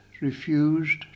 refused